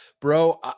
Bro